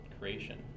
creation